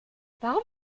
warum